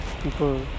people